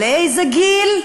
לאיזה גיל?